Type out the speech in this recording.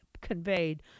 conveyed